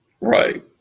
Right